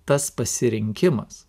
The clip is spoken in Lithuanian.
tas pasirinkimas